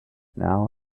now